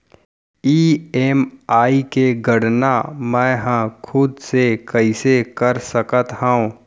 EMI के गड़ना मैं हा खुद से कइसे कर सकत हव?